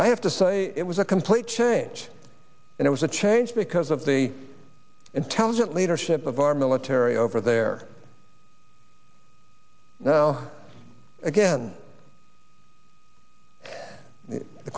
i have to say it was a complete change and it was a change because of the intelligent leadership of our military over there now again the